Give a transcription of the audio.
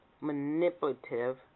manipulative